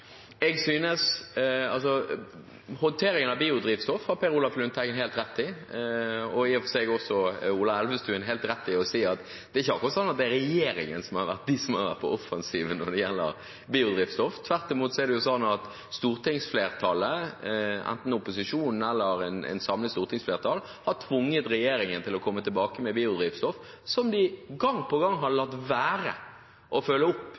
jeg skal komme med noen refleksjoner her og bare helt kort si noen ting knyttet opp mot budsjettet som er lagt fram. Om håndteringen av biodrivstoff: Per Olaf Lundteigen – og for så vidt også Ola Elvestuen – har helt rett når man sier at det ikke akkurat er regjeringen som har vært på offensiven når det gjelder biodrivstoff. Tvert imot har stortingsflertallet, enten opposisjonen eller et samlet stortingsflertall, tvunget regjeringen til å komme tilbake til biodrivstoff, noe de gang på gang har latt være å følge opp